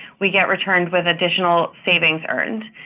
we get returned with additional savings earned.